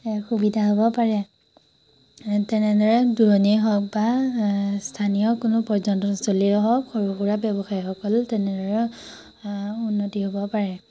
এ সুবিধা হ'ব পাৰে আ তেনেদৰে দূৰণিয়েই হওক বা স্থানীয় কোনো পৰ্যটনস্থলীয়ে হওক সৰু সুৰা ব্যৱসায়সকল তেনেদৰে উন্নতি হ'ব পাৰে